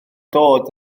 dod